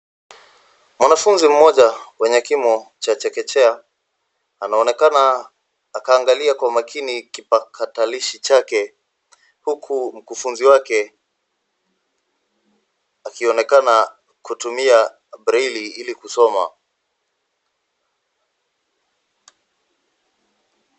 Mwanafunzi mmoja mwenye kimo cha chekechea, anaonekana akaangalia kwa makini kipakatalishi chake, huku mkufunzi wake akionekana kutumia breli ili kusoma.